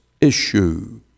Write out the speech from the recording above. issue